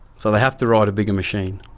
so they have to ride a bigger machine.